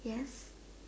yes